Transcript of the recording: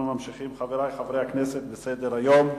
חברי חברי הכנסת, אנחנו ממשיכים בסדר-היום: